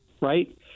right